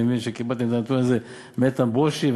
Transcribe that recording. אני מבין שקיבלתם את הנתון הזה מאיתן ברושי,